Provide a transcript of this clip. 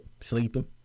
sleeping